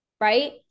right